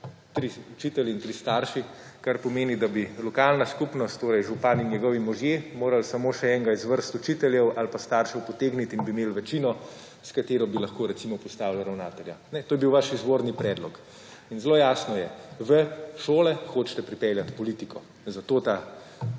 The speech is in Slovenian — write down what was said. tri učitelji in tri starši, kar pomeni, da bi lokalna skupnost, to je župan in njegovi možje morali samo še enega iz vrst učiteljev ali pa staršev potegniti in bi imeli večino s katero bi lahko recimo postavili ravnatelja. To je bil vaš izvorni predlog. In zelo jasno je, v šole hočete pripeljati politiko, zato ta